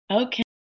Okay